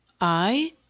I